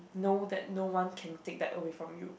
no that no one can take that away from you